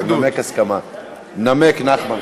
נמק, נחמן.